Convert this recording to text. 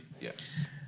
Yes